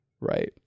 Right